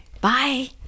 bye